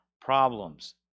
problems